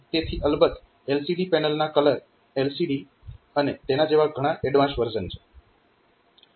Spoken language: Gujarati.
તેથી અલબત્ત LCD પેનલના કલર LCD અને તેના જેવા ઘણા એડવાન્સ વર્ઝન છે